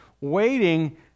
waiting